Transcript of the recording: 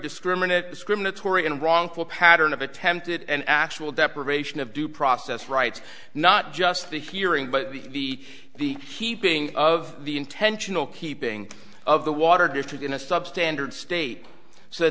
discriminate discriminatory and wrongful pattern of attempted and actual deprivation of due process rights not just the hearing but the the keeping of the intentional keeping of the water to fit in a substandard state so